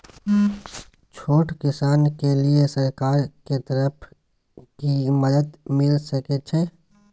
छोट किसान के लिए सरकार के तरफ कि मदद मिल सके छै?